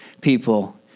people